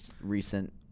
recent –